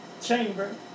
chamber